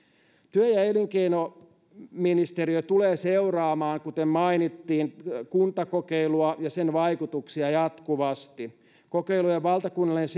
työ ja elinkeinoministeriö tulee seuraamaan kuten mainittiin kuntakokeilua ja sen vaikutuksia jatkuvasti kokeilujen valtakunnallinen